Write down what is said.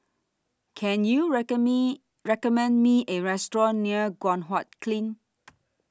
Can YOU Me recommend Me A Restaurant near Guan Huat Kiln